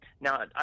now